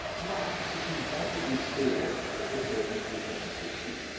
wow, this is remarkably stable at a bit more than three pence per sheet.